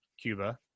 Cuba